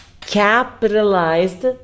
capitalized